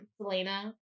Selena